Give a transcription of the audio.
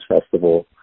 Festival